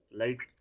light